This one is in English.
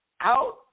out